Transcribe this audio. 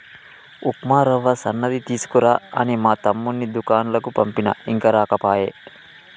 ఉప్మా రవ్వ సన్నది తీసుకురా అని మా తమ్ముణ్ణి దూకండ్లకు పంపిన ఇంకా రాకపాయె